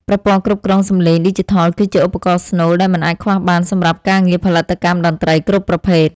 ប្រព័ន្ធគ្រប់គ្រងសំឡេងឌីជីថលគឺជាឧបករណ៍ស្នូលដែលមិនអាចខ្វះបានសម្រាប់ការងារផលិតកម្មតន្ត្រីគ្រប់ប្រភេទ។